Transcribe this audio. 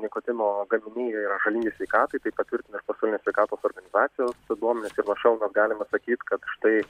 nikotino gaminiai jie yra žalingi sveikatai tai patvirtina ir pasaulinės sveikatos organizacijos duomenys ir nuo šiol mes galime sakyt kad štai